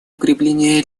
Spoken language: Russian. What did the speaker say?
укрепление